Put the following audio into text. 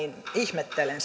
ihmettelen